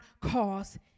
cause